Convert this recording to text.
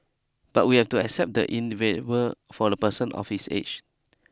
but we have to accept the for a person of his age